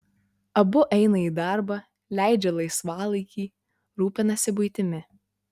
abu eina į darbą leidžia laisvalaikį rūpinasi buitimi